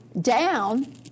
down